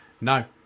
No